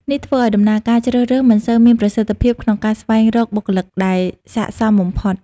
នេះធ្វើឲ្យដំណើរការជ្រើសរើសមិនសូវមានប្រសិទ្ធភាពក្នុងការស្វែងរកបុគ្គលិកដែលស័ក្តិសមបំផុត។